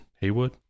Haywood